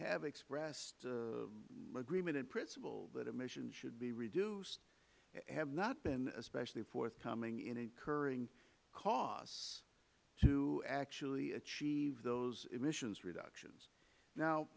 have expressed agreement in principle that emissions should be reduced have not been especially forthcoming in incurring costs to actually achieve those emissions reductions